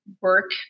work